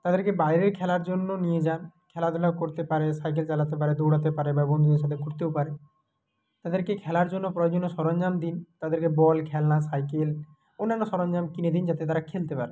তাদেরকে বাইরে খেলার জন্য নিয়ে যান খেলাধুলা করতে পারে সাইকেল চালাতে পারে দৌড়াতে পারে বা বন্ধুদের সাথে ঘুরতেও পারে তাদেরকে খেলার জন্য প্রয়োজনীয় সরঞ্জাম দিন তাদেরকে বল খেলনা সাইকেল অন্যান্য সরঞ্জাম কিনে দিন যাতে তারা খেলতে পারে